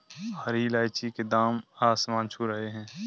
हरी इलायची के दाम आसमान छू रहे हैं